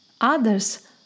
Others